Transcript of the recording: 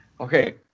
Okay